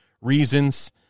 reasons